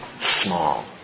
small